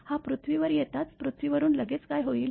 हा पृथ्वीवर येताच पृथ्वीवरून लगेच काय होईल